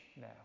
now